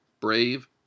brave